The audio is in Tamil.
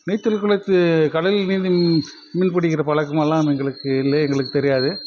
நீச்சல் குளத்து கடல் நீர் மீன் பிடிக்கிற பழக்கமெல்லாம் எங்களுக்கு இல்லை எங்களுக்கு தெரியாது